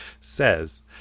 says